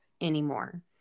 anymore